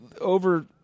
over